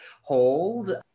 hold